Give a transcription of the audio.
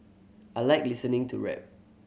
I like listening to rap